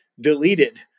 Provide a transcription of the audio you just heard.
deleted